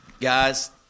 Guys